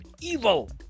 evil